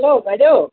অঁ বাইদেউ